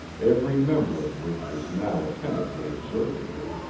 every member of which was now attentively observing him,